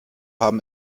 haben